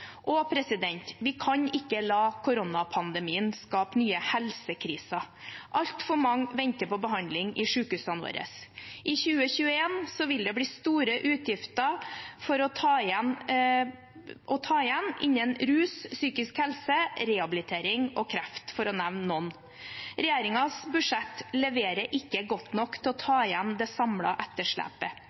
Og vi kan ikke la koronapandemien skape nye helsekriser. Altfor mange venter på behandling i sykehusene våre. I 2021 vil det bli store utgifter å ta igjen innen rus, psykisk helse, rehabilitering og kreft, for å nevne noe. Regjeringens budsjett leverer ikke godt nok for å ta igjen det samlede etterslepet.